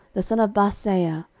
the son of baaseiah,